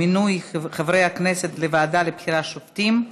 מינוי חברי הכנסת לוועדה לבחירת שופטים),